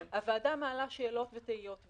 הוועדה מעלה שאלות ותהיות,